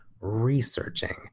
researching